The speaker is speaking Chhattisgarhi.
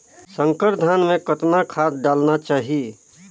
संकर धान मे कतना खाद डालना चाही?